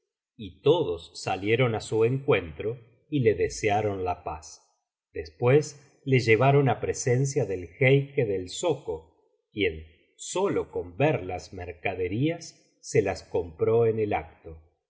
y todos salieron á su encuentro y le desearon la paz después le llevaron á presencia del jeique del zoco quien sólo con ver las mercaderías se las compró en el acto